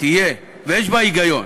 ויש בה היגיון,